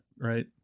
right